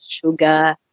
sugar